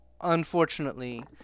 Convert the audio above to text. Unfortunately